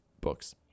Books